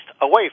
away